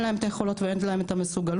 להן את היכולות ואין להן את המסוגלות.